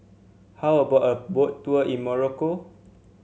how about a Boat Tour in Morocco